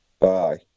Bye